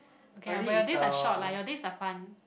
okay lah but your days are short lah your days are fun